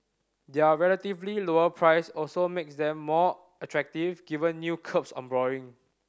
their relatively lower price also makes them more attractive given new curbs on borrowing